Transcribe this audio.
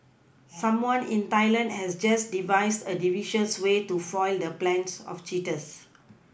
someone in Thailand has just devised a devious way to foil the plans of cheaters